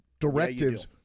directives